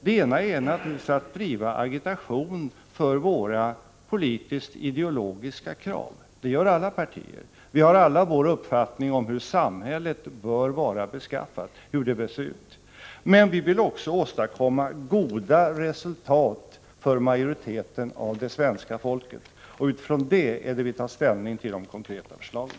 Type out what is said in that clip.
Den ena är naturligtvis att driva agitation för våra politiskt-ideologiska krav. Det gör alla partier — vi har alla vår uppfattning om hur samhället bör se ut och vara beskaffat. Men vi vill också åstadkomma goda resultat för majoriteten av det svenska folket, och det är utifrån detta vi tar ställning till de konkreta förslagen.